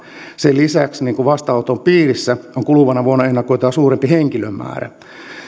sen lisäksi vastaanoton piirissä on kuluvana vuonna ennakoitua suurempi henkilömäärä